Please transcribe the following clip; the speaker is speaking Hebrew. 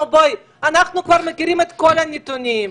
אנחנו כבר מכירים את כל הנתונים,